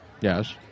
Yes